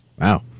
Wow